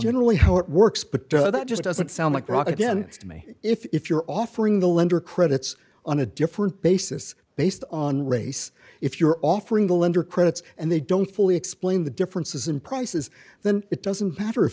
generally how it works but that just doesn't sound like rock against me if you're offering the lender credits on a different basis based on race if you're offering the lender credits and they don't fully explain the differences in prices then it doesn't matter if